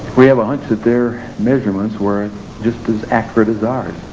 we have a hunch that their measurements were just as accurate as ours,